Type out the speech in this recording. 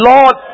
Lord